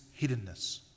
hiddenness